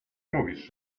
mówisz